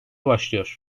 başlıyor